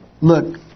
look